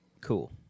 cool